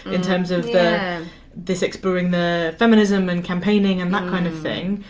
in terms of this exploring the feminism and campaigning um that kind of thing.